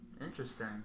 Interesting